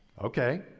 Okay